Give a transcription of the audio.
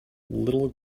little